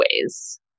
ways